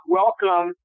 welcome